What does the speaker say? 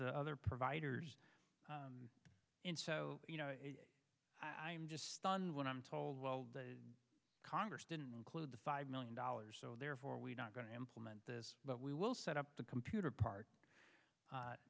the other providers in so you know i'm just stunned when i'm told well the congress didn't include the five million dollars so therefore we're not going to implement this but we will set up the computer part